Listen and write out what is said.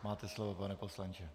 Máte slovo, pane poslanče.